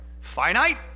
Finite